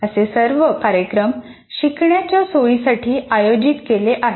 असे सर्व कार्यक्रम शिकण्याच्या सोयीसाठी आयोजित केले जात आहेत